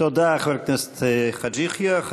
חבר הכנסת חאג' יחיא.